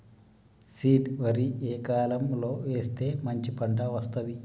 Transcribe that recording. Seed వరి ఏ కాలం లో వేస్తే మంచి పంట వస్తది?